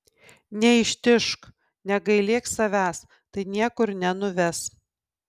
neištižk negailėk savęs tai niekur nenuves